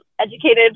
educated